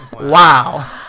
Wow